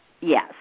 Yes